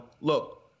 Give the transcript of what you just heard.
look